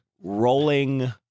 Rolling